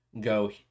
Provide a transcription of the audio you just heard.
go